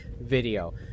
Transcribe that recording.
video